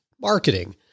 marketing